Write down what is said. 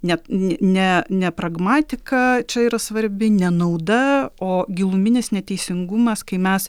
ne ne ne pragmatika čia yra svarbi ne nauda o giluminis neteisingumas kai mes